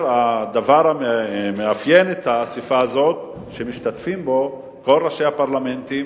הדבר המאפיין את האספה הזאת הוא שמשתתפים בה כל ראשי הפרלמנטים